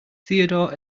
theodore